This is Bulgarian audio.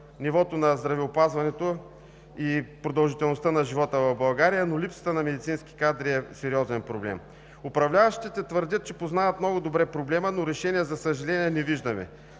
нивото на здравеопазването и продължителността на живота в България, но липсата на медицински кадри е сериозен проблем. Управляващите твърдят, че познават много добре проблема, но решение, за съжаление, не виждаме.